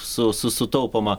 su su sutaupoma